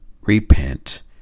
repent